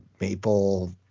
maple